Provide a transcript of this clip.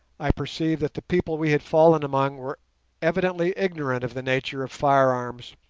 i perceived that the people we had fallen among were evidently ignorant of the nature of firearms,